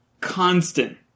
constant